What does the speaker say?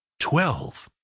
twelve!